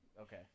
Okay